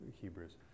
hebrews